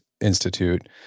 Institute